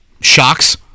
shocks